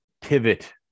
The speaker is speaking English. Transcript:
pivot